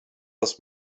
dass